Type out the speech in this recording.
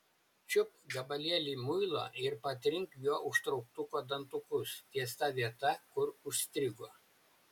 čiupk gabalėlį muilo ir patrink juo užtrauktuko dantukus ties ta vieta kur užstrigo